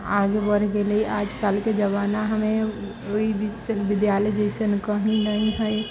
आगे बढ़ि गेलै आजकलके जमानामे ओहि विश्वविद्यालय जइसन कहीँ नहि हइ